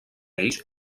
ells